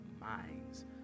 minds